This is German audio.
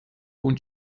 und